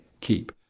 keep